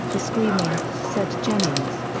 the screaming, said jennings.